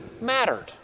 mattered